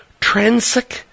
Transic